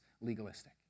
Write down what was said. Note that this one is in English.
legalistic